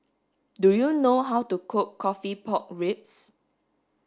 do you know how to cook coffee pork ribs